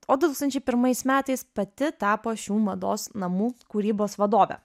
o du tūkstančiai pirmais metais pati tapo šių mados namų kūrybos vadove